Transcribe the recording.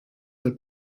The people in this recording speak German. der